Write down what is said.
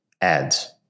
ads